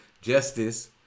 justice